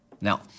Now